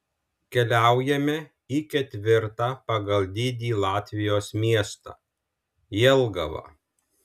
keliaujame į ketvirtą pagal dydį latvijos miestą jelgavą